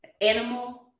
animal